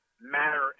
matter